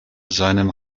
seinem